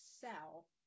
sell